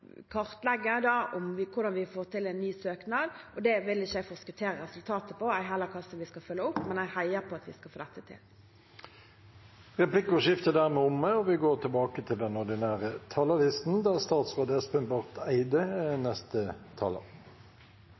kartlegge hvordan vi skal få til en ny søknad. Det vil jeg ikke forskuttere resultatet av, ei heller hvordan vi skal følge det opp, men jeg heier på at vi skal få til dette. Replikkordskiftet er dermed omme. På vegne av regjeringspartiene vil jeg starte med å takke SV for gode og konstruktive forhandlinger. Sammen har vi